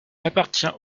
appartient